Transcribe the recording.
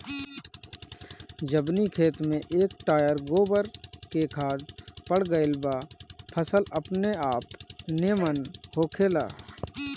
जवनी खेत में एक टायर गोबर के खाद पड़ गईल बा फसल अपनेआप निमन होखेला